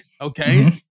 okay